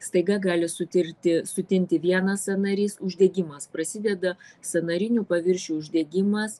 staiga gali sutirti sutinti vienas sąnarys uždegimas prasideda sąnarinių paviršių uždegimas